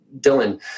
Dylan